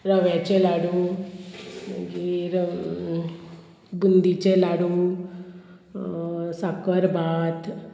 रव्याचे लाडू मागीर बुंदीचे लाडू साकर भात